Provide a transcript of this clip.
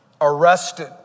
arrested